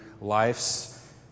life's